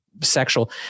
Sexual